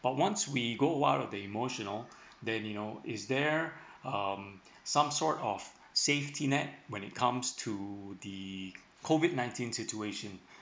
but once you we go out of the emotional then you know is there um some sort of safety net when it comes to the COVID nineteen situation